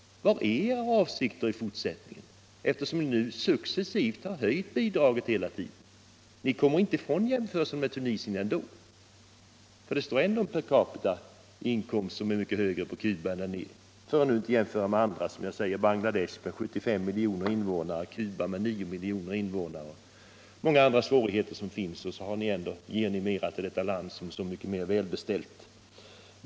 Vad är era avsikter i fortsättningen, eftersom ni successivt har höjt bidraget? Ni kommer inte ifrån jämförelsen med Tunisien, man har ändå en percapitu-inkomst som är mycket. högre på Cuba, för att nu inte jämföra med andra länder. som jag nämnt — Bangladesh som har 75 miljoner invånare mot Cuba med 9 miljoner invånare. Ändå ger ni mer till Cuba, som är så mycket mer välbeställt.